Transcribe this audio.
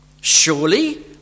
Surely